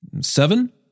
Seven